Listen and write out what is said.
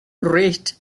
rate